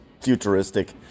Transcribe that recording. futuristic